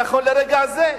נכון לרגע הזה.